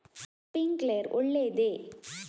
Sprinkler ಒಳ್ಳೇದೇ?